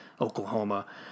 Oklahoma